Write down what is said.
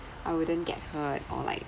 I wouldn't get hurt or like